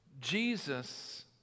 Jesus